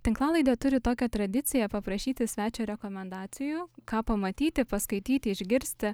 tinklalaidė turi tokią tradiciją paprašyti svečią rekomendacijų ką pamatyti paskaityti išgirsti